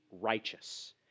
righteous